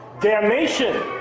damnation